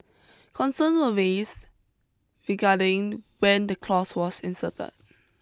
concern were raised regarding when the clause was inserted